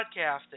podcasting